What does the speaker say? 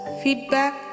feedback